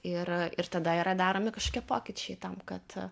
ir ir tada yra daromi kažkokie pokyčiai tam kad